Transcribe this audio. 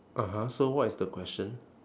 (uh huh) so what is the question